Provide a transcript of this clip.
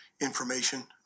information